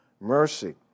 mercy